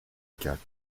quatre